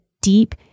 deep